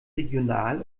regional